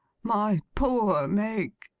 my poor meg